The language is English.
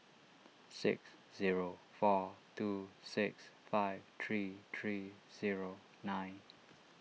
six zero four two six five three three zero nine